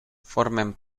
formen